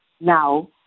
Now